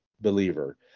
believer